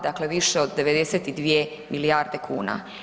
Dakle, više od 92 milijarde kuna.